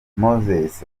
moses